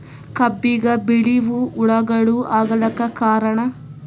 ಕಬ್ಬಿಗ ಬಿಳಿವು ಹುಳಾಗಳು ಆಗಲಕ್ಕ ಕಾರಣ?